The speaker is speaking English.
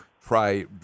try